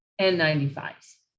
N95s